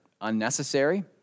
unnecessary